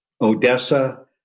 Odessa